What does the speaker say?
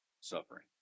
suffering